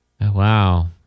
wow